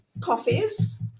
coffees